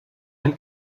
ein